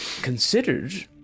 considered